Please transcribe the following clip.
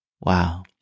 Wow